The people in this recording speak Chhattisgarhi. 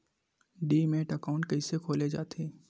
डीमैट अकाउंट कइसे खोले जाथे?